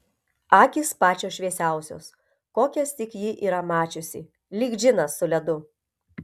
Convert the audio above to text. akys pačios šviesiausios kokias tik ji yra mačiusi lyg džinas su ledu